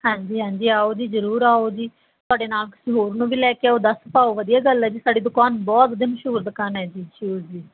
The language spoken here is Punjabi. ਹਾਂਜੀ ਹਾਂਜੀ ਆਓ ਜੀ ਜ਼ਰੂਰ ਆਓ ਜੀ ਤੁਹਾਡੇ ਨਾਲ ਹੋਰ ਨੂੰ ਵੀ ਲੈ ਕੇ ਆਓ ਦੱਸ ਪਾਓ ਵਧੀਆ ਗੱਲ ਹੈ ਜੀ ਸਾਡੀ ਦੁਕਾਨ ਬਹੁਤ ਵਧੀਆ ਮਸ਼ਹੂਰ ਦੁਕਾਨ ਹੈ ਜੀ ਸ਼ੂਜ਼ ਦੀ